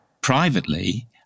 Privately